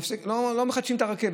לא מחדשים את הרכבת.